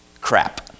crap